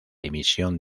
emisión